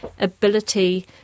ability